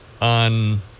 on